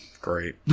Great